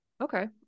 okay